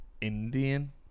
Indian